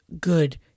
good